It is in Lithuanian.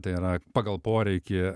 tai yra pagal poreikį